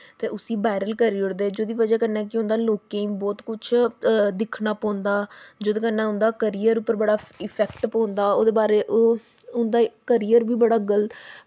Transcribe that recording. ते उस्सी बाइरल करी ओड़दे ते जिस ब'जा कन्नै केह् होंदा कि लोकें गी ब्हौत कुछ दिक्खना पौंदा जेह्दे कन्नै उं'दे करियर पर बड़ा इफैक्ट पौंदा ओह्दे बारे च उं'दा करियर बी बड़ा गल्त